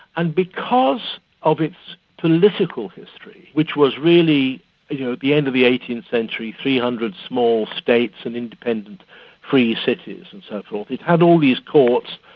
and because of its political history, which was really at you know the end of the eighteenth century three hundred small states and independent free cities and so forth, it had all these courts,